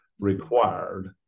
required